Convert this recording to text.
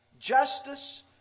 justice